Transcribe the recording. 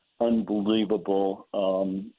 unbelievable